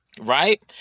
Right